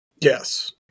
Yes